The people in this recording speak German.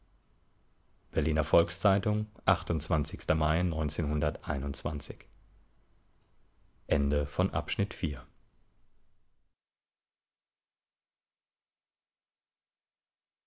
berliner volks-zeitung mai